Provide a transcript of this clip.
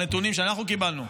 מהנתונים שאנחנו קיבלנו.